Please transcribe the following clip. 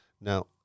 Now